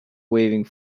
waving